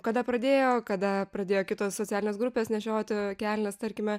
kada pradėjo kada pradėjo kitos socialinės grupės nešioti kelnes tarkime